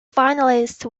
finalists